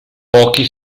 pochi